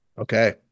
Okay